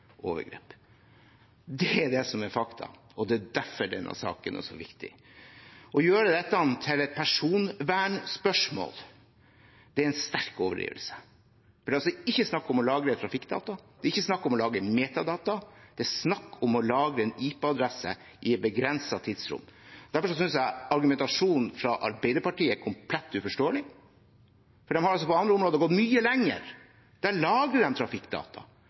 Det er det som er faktumet, og det er derfor denne saken er så viktig. Å gjøre dette til et personvernspørsmål er en sterk overdrivelse, for det er altså ikke snakk om å lagre trafikkdata. Det er ikke snakk om å lagre metadata. Det er snakk om å lagre en IP-adresse i et begrenset tidsrom. Derfor synes jeg argumentasjonen fra Arbeiderpartiet er komplett uforståelig, for på andre områder har de gått mye lenger. Der vil de lagre trafikkdata,